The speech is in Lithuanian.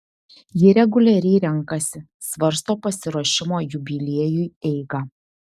ji reguliariai renkasi svarsto pasiruošimo jubiliejui eigą